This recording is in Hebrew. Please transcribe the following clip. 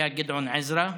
זה היה גדעון עזרא,